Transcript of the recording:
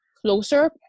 closer